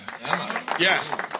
Yes